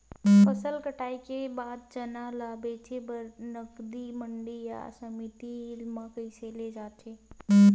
फसल कटाई के बाद चना ला बेचे बर नजदीकी मंडी या समिति मा कइसे ले जाथे?